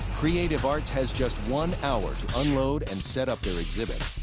creative arts has just one hour to unload and set up their exhibit.